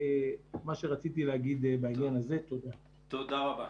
תודה רבה.